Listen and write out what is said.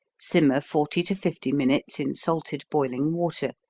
simmer forty to fifty minutes in salted boiling water,